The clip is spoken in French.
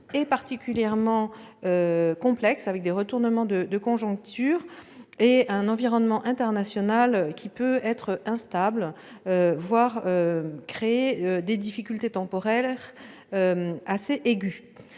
est particulièrement complexe avec des retournements de conjoncture et un environnement international qui peut être instable, voire créer des difficultés temporaires assez aiguës.